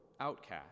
outcast